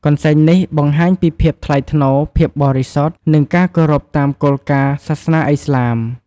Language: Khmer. កន្សែងនេះបង្ហាញពីភាពថ្លៃថ្នូរ ភាពបរិសុទ្ធ និងការគោរពតាមគោលការណ៍សាសនាឥស្លាម។